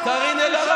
לך תביא חיסונים.